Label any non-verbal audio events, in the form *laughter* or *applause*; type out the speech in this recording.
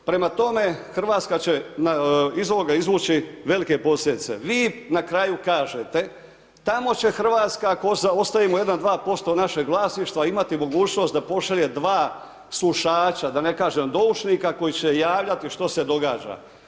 Prema tome, Hrvatska će iz ovoga izvući velike posljedice, vi na kraju kažete tamo će Hrvatska ... *unintelligible* ostavimo 1,2% našeg vlasništva imati mogućnost da pošalje dva sušača da ne kažem doušnika koji će javljati što se događa.